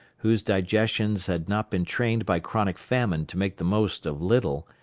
whose digestions had not been trained by chronic famine to make the most of little,